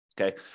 Okay